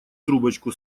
трубочку